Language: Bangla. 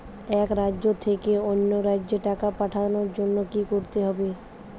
এক রাজ্য থেকে অন্য রাজ্যে টাকা পাঠানোর জন্য কী করতে হবে?